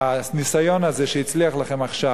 הניסיון הזה שהצליח לכם עכשיו,